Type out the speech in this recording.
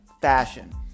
fashion